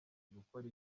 gukora